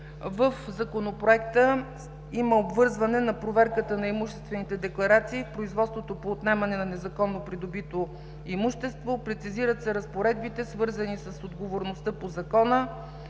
В Законопроекта има обвързване на проверката на имуществените декларации в производството по отнемане на незаконно придобито имущество. Прецизират се разпоредбите свързани с отговорността по Закона.